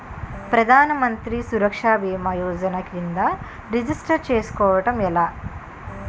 ప్రధాన మంత్రి సురక్ష భీమా యోజన కిందా రిజిస్టర్ చేసుకోవటం ఎలా?